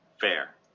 Fair